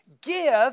Give